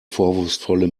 vorwurfsvolle